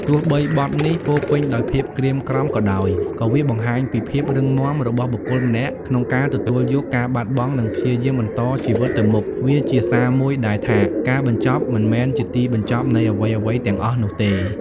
ទោះបីជាបទនេះពោរពេញដោយភាពក្រៀមក្រំក៏ដោយ ក៏វាបង្ហាញពីភាពរឹងមាំរបស់បុគ្គលម្នាក់ក្នុងការទទួលយកការបាត់បង់ និងព្យាយាមបន្តជីវិតទៅមុខ វាជាសារមួយដែលថា ការបញ្ចប់មិនមែនជាទីបញ្ចប់នៃអ្វីៗទាំងអស់នោះទេ។